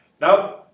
Now